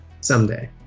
someday